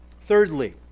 Thirdly